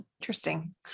Interesting